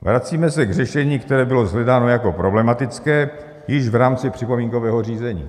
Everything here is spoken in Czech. Vracíme se k řešení, které bylo shledáno jako problematické již v rámci připomínkového řízení.